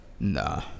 Nah